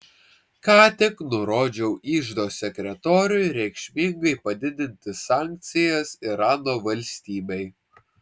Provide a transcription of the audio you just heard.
ką tik nurodžiau iždo sekretoriui reikšmingai padidinti sankcijas irano valstybei